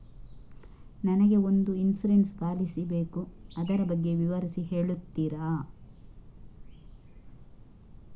ನನಗೆ ಒಂದು insurance policy ಬೇಕು ಅದರ ಬಗ್ಗೆ ವಿವರಿಸಿ ಹೇಳುತ್ತೀರಾ?